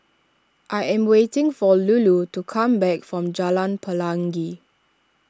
I am waiting for Lulu to come back from Jalan Pelangi